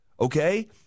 Okay